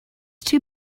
too